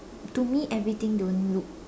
to me everything don't look